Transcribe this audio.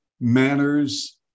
manners